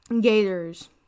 Gators